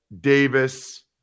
Davis